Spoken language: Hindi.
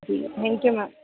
ठीक है थैंक यू मैम